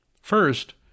First